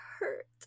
hurt